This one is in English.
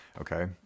okay